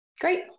Great